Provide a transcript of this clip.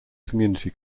community